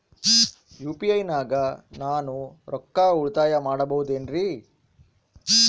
UPI ನಾಗ ನಾನು ರೊಕ್ಕ ಉಳಿತಾಯ ಮಾಡಬಹುದೇನ್ರಿ?